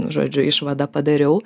žodžiu išvadą padariau